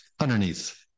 Underneath